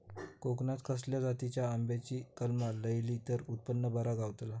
कोकणात खसल्या जातीच्या आंब्याची कलमा लायली तर उत्पन बरा गावताला?